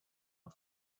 are